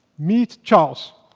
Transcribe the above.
meet charles.